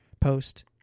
post